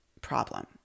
problem